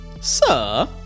Sir